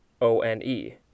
O-N-E